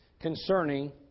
concerning